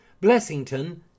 Blessington